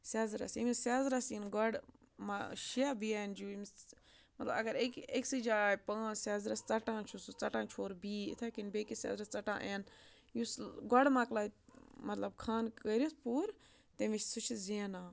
سٮ۪زرَس ییٚمِس سٮ۪زرَس یِن گۄڈٕ شےٚ بی اٮ۪ن جی او ییٚمِس مطلب اگر أکہِ أکۍسٕے جایہِ آے پانٛژھ سٮ۪زرَس ژَٹان چھُ سُہ ژَٹان چھُ ہورٕ بی یِتھَے کٔنۍ بیٚکِس سٮ۪زرَس ژَٹان اٮ۪ن یُس گۄڈٕ مکلاے مطلب خانہٕ کٔرِتھ پوٗرٕ تٔمِس سُہ چھِ زینان